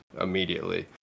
immediately